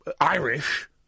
Irish